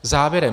Závěrem.